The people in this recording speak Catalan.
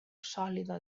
sòlida